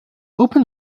open